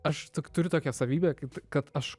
aš turiu tokią savybę kaip kad aš